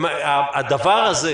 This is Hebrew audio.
הדבר הזה,